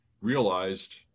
realized